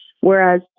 Whereas